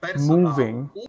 moving